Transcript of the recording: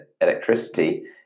electricity